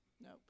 nope